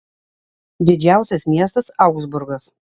didžiausias miestas augsburgas